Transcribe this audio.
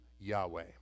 yahweh